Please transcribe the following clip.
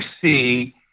see